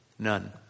None